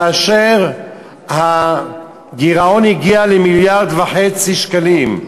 כאשר הגירעון הגיע למיליארד וחצי שקלים,